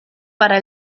para